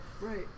right